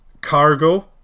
Cargo